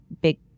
big